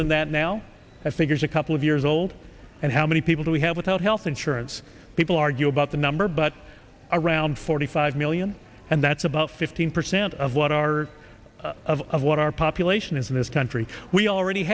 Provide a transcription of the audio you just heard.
than that now i think it's a couple of years old and how many people do we have without health insurance people argue about the number but around forty five million and that's about fifteen percent of what our of what our population is in this country we already